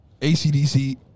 ACDC